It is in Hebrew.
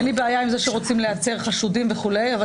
אין לי בעיה עם זה שרוצים לעצור חשודים וכו' אבל